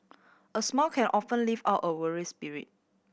a smile can often lift up a weary spirit